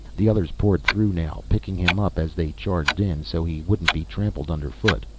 the others poured through now, picking him up as they charged in so he wouldn't be trampled underfoot.